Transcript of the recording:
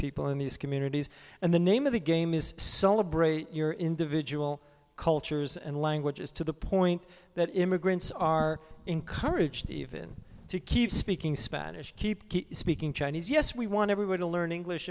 people in these communities and the name of the game is celebrate your individual cultures and languages to the point that immigrants are encouraged even to keep speaking spanish keep speaking chinese yes we want everyone to learn english